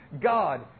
God